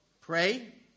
pray